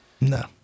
No